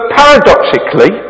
paradoxically